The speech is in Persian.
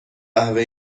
قهوه